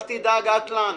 אל תדאג, אטלן.